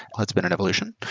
that's been an evolution.